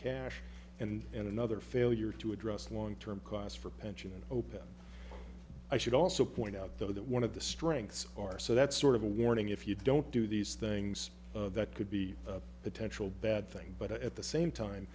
cash and another failure to address long term costs for pension and open i should also point out though that one of the strengths are so that's sort of a warning if you don't do these things that could be a potential bad thing but at the same time